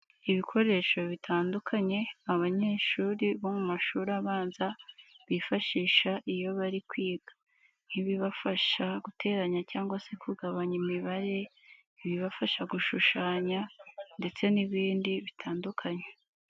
Ibikoresho bitandukanye abanyeshuri bo mu mashuri abanza bifashisha iyo bari kwiga, nk'ibibafasha guteranya cyangwa se kugabanya imibare, ibibafasha gushushanya ndetse n'ibindi bitandukanye.